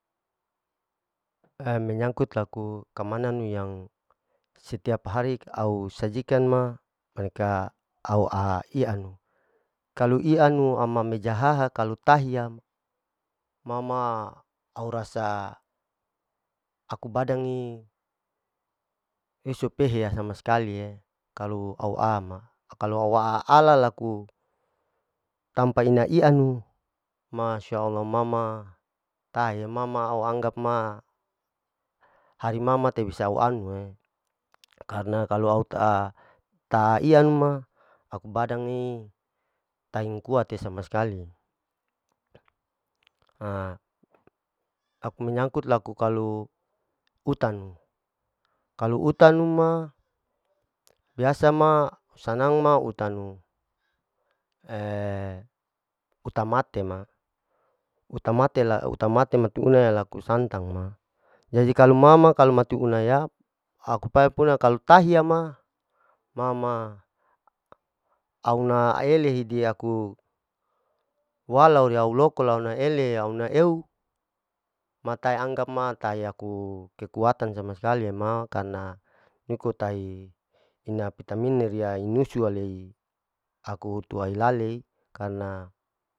E'menyangkut laku kamananu yang stiap hari au sajikan ma mereka au a ianu, kalu ianu ama meja haha kalu tahiya ma ma au rasa aku badang i, esok pehe ya sama skali e kalu au ama, kalu wala ala laku tampa ina ianu masya allah ma ma taha e, ma ma au anggap ma hari ma ma ta bisa au anu ee, karna kalu au ta, ta ianu ma aku badang e, ta ingin kuat te sama skali aku menyangkut laku kalu utanu kalu utanu ma biasa ma sanang ma utanu, uta mate ma, uta mate la-uta mate mat una laku santang ma, jaji kalu ma ma kalu mate una ya aku pae puna kalu tahiya ma, ma-ma au na ele hidi laku walau riyau loko lau na ele ya una weu mata anggap ma tahiya aku kekutan sama skali ma, karna niko tahi ina vitamin riai nusu alei aku hutu hailalei karna.